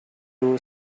blue